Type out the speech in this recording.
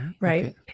Right